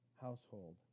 household